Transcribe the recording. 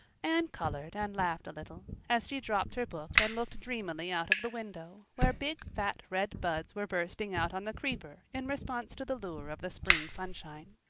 anne colored and laughed a little, as she dropped her book and looked dreamily out of the window, where big fat red buds were bursting out on the creeper in response to the lure of the spring sunshine.